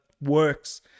works